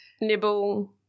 nibble